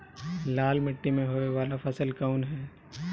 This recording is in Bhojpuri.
लाल मीट्टी में होए वाला फसल कउन ह?